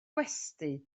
gwesty